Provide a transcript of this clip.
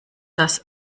das